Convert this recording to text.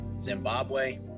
zimbabwe